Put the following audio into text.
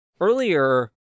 earlier